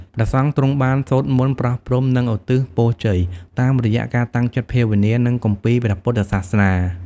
ព្រះសង្ឃទ្រង់បាន សូត្រមន្ត ប្រោះព្រំ និងឧទ្ទិសពរជ័យ តាមរយៈការតាំងចិត្តភាវនា និងគម្ពីរព្រះពុទ្ធសាសនា។